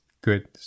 Good